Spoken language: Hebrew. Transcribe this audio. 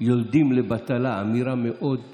יולדים לבטלה, אמירה מאוד גזענית,